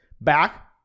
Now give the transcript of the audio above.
back